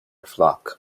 flock